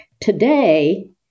today